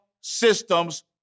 systems